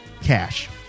cash